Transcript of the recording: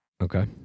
Okay